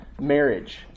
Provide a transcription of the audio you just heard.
marriage